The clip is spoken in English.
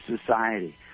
society